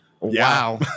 Wow